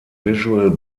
visual